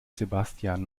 sebastian